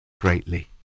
greatly